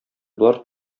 болар